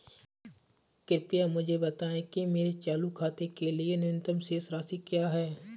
कृपया मुझे बताएं कि मेरे चालू खाते के लिए न्यूनतम शेष राशि क्या है?